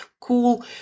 cool